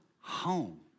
home